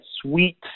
sweet